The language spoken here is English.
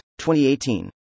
2018